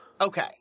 Okay